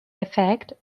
effect